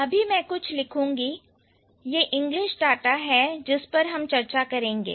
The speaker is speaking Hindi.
अभी मैं कुछ लिखूंगी यह इंग्लिश डाटा है जिस पर हम चर्चा करेंगे